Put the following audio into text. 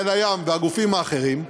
חיל הים והגופים האחרים,